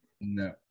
No